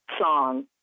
song